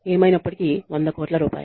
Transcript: ఏమైనప్పటికీ 100 కోట్ల రూపాయలు